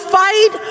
fight